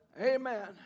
Amen